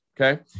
okay